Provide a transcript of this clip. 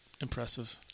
Impressive